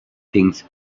things